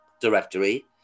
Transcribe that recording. directory